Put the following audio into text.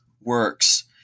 works